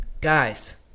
guys